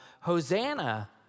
Hosanna